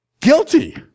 guilty